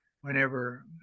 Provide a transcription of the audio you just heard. whenever